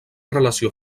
relació